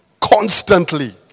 Constantly